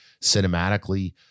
cinematically